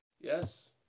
Yes